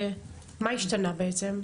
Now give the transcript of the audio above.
מה השתנה היום.